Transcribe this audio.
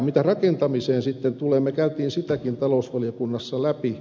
mitä rakentamiseen sitten tulee me kävimme sitäkin talousvaliokunnassa läpi